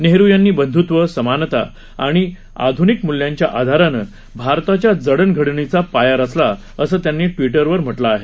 नेहरु यांनी बंधत्व समानता आणि आध्निक मूल्यांच्या आधारानं भारताच्या जडणघडणीचा पाया रचला असं त्यांनी ट्विटरवर म्हटलं आहे